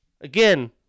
again